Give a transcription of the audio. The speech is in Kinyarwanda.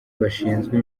bashinzwe